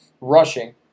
rushing